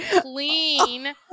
Clean